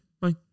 Bye